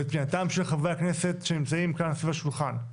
ואת פנייתם של חברי הכנסת שנמצאים כאן סביב השולחן,